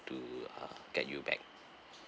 do uh get you back